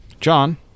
john